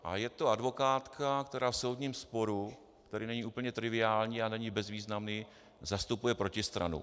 A je to advokátka, která v soudním sporu, který není úplně triviální a není bezvýznamný, zastupuje protistranu.